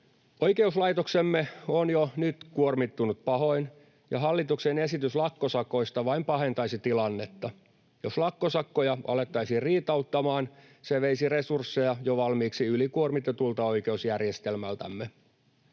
Oikeuslaitoksemme on jo nyt kuormittunut pahoin, ja hallituksen esitys lakkosakoista vain pahentaisi tilannetta. Jos lakkosakkoja alettaisiin riitauttamaan, se veisi resursseja jo valmiiksi ylikuormitetulta oikeusjärjestelmältämme.